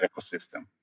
ecosystem